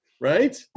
right